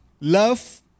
love